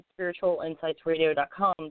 spiritualinsightsradio.com